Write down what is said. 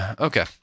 Okay